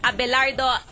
Abelardo